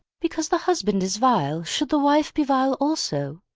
because the husband is vile should the wife be vile also?